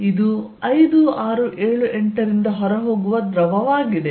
ಇದು 5 6 7 8 ರಿಂದ ಹೊರಹೋಗುವ ದ್ರವವಾಗಿದೆ